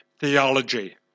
theology